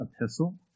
epistle